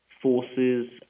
forces